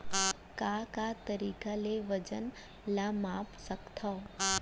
का का तरीक़ा ले वजन ला माप सकथो?